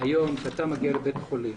היום, כשאתה מגיע לבית חולים